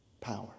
power